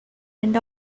and